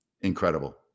Incredible